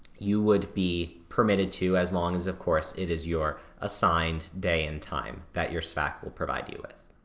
you would be permitted to, as long as, of course, it is your assigned day and time, that your sfac will provide you with.